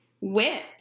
wit